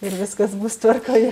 ir viskas bus tvarkoje